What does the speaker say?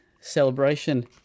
celebration